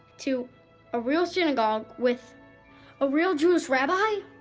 to a real synagogue? with a real jewish rabbi?